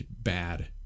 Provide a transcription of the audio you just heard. bad